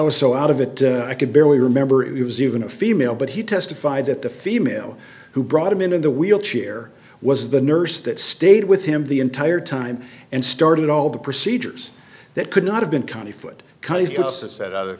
was so out of it i could barely remember it was even a female but he testified that the female who brought him into the wheelchair was the nurse that stayed with him the entire time and started all the procedures that could not have been county foot justice and other